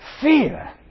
fear